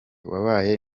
wabaye